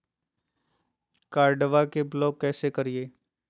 कार्डबा के ब्लॉक कैसे करिए?